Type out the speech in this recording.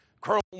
chrome